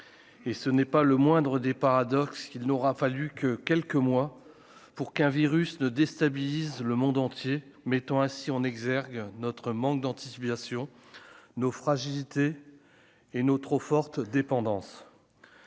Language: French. et ce n'est pas le moindre des paradoxes qu'il n'aura fallu que quelques mois pour qu'un virus ne déstabilise le monde entier, mettant ainsi en exergue notre manque d'anticipation nos fragilités et nos trop forte dépendance,